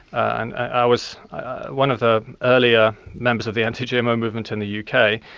and i was one of the earlier members of the anti-gmo movement in the u k.